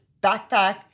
backpack